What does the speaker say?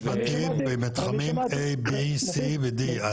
יש בתים במתחמים A, B, C ו-D.